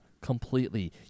completely